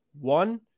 One